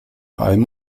alm